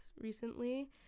recently